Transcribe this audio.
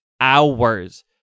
hours